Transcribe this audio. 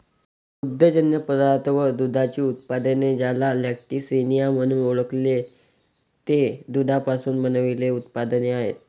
दुग्धजन्य पदार्थ व दुधाची उत्पादने, ज्याला लॅक्टिसिनिया म्हणून ओळखते, ते दुधापासून बनविलेले उत्पादने आहेत